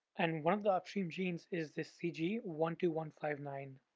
and one of the upstream genes is this c g one two one five nine.